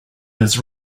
his